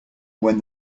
when